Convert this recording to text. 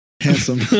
Handsome